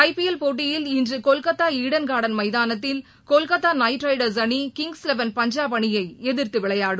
ஐ PL போட்டியில் இன்றுநடைபெறும் ஆட்டத்தில் கொல்கத்தாஈடன் கார்டன் மைதானத்தில் கொல்கத்தா நைட் ரைடர்ஸ் அணி கிங்ஸ் லெவன் பஞ்சாப் அணியைஎதிர்த்துவிளையாடும்